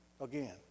again